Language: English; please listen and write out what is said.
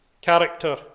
character